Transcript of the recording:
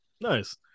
Nice